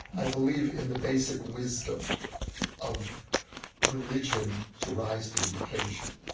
i believe in the basic wisdom of religion to rise to the occasions.